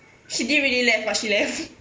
she didn't really left but she left